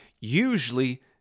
usually